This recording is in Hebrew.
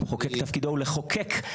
המחוקק תפקידו הוא לחוקק.